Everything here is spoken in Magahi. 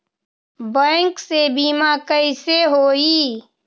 बैंक से बिमा कईसे होई?